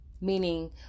meaning